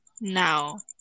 now